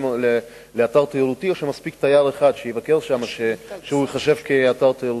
לאתר תיירותי או שמספיק תייר אחד שיבקר שם כדי שייחשב לאתר תיירותי?